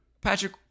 Patrick